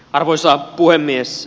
arvoisa puhemies